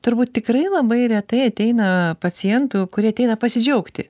turbūt tikrai labai retai ateina pacientų kurie ateina pasidžiaugti